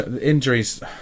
injuries